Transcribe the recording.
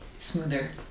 smoother